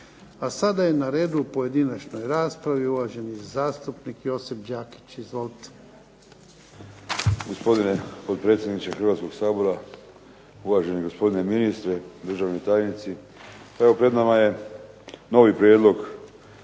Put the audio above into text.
A sada je na redu u pojedinačnoj raspravi uvaženi zastupnik Josip Đakić. Izvolite.